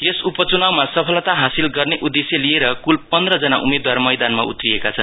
यस उपचुनाउमा सफलता हासील गर्ने उदेश्य लिएर कुल पन्द्र जना उम्मेदवार मैदानमा उत्रीएका छन्